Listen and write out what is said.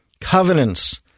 covenants